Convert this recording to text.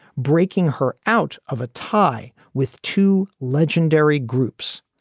breaking her out of a tie with two legendary groups,